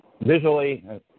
Visually